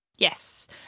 Yes